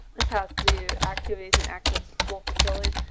this house to activities and access to school facilities.